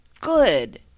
good